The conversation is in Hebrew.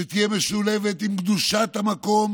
שתהיה משולבת עם קדושת המקום